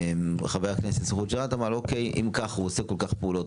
חבר הכנסת חוג'יראת אמר: אם הוא עושה כל כך הרבה פעולות,